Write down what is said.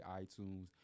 iTunes